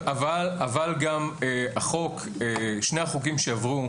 אבל שני החוקים שעברו,